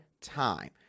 Time